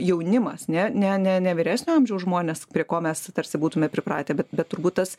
jaunimas ne ne ne ne vyresnio amžiaus žmonės prie ko mes tarsi būtume pripratę bet bet turbūt tas